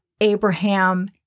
Abraham